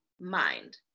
mind